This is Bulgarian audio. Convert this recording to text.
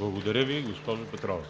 (Ръкопляскания от